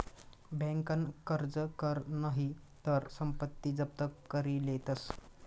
बँकन कर्ज कर नही तर संपत्ती जप्त करी लेतस